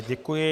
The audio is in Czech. Děkuji.